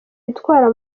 yitwara